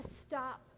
stop